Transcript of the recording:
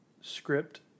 script